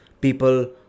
people